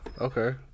Okay